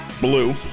blue